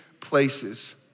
places